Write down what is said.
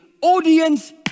audience